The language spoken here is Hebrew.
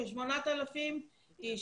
כ-8,000 איש.